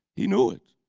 he knew it,